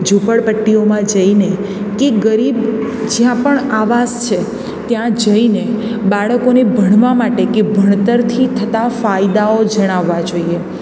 ઝૂંપડપટ્ટીઓમાં જઈને કે ગરીબ જ્યાં પણ આવાસ છે ત્યાં જઈને બાળકોને ભણવા માટે કે ભણતરથી થતા ફાયદાઓ જણાવવા જોઈએ